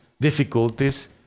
difficulties